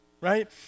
right